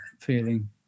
feeling